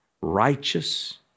righteous